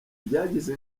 byagize